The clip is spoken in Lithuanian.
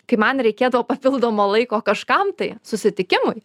kai man reikėdavo papildomo laiko kažkam tai susitikimui